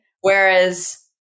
Whereas